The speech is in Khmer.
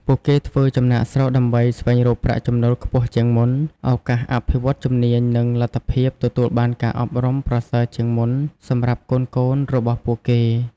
ពួកគេធ្វើចំណាកស្រុកដើម្បីស្វែងរកប្រាក់ចំណូលខ្ពស់ជាងមុន ឱកាសអភិវឌ្ឍន៍ជំនាញ និងលទ្ធភាពទទួលបានការអប់រំប្រសើរជាងមុនសម្រាប់កូនៗរបស់ពួកគេ។